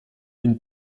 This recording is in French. une